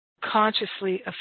consciously